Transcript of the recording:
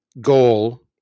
goal